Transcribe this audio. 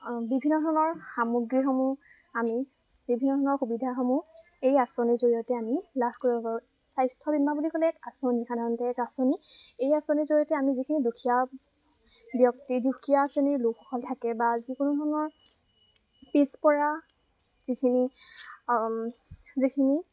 বিভিন্ন ধৰণৰ সামগ্ৰীসমূহ আমি বিভিন্ন ধৰণৰ সুবিধাসমূহ এই আঁচনিৰ জৰিয়তে আমি লাভ কৰিব পাৰোঁ স্বাস্থ্য বীমা বুলি ক'লে এক আঁচনি সাধাৰণতে এক আঁচনি এই আঁচনিৰ জৰিয়তে আমি যিখিনি দুখীয়া ব্যক্তি দুখীয়া শ্ৰেণীৰ লোকসকল থাকে বা যিকোনো ধৰণৰ পিছপৰা যিখিনি যিখিনি